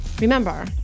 Remember